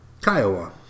Kiowa